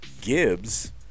Gibbs